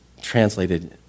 translated